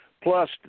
plus